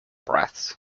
breaths